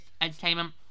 Entertainment